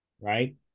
right